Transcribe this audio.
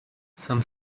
some